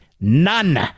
None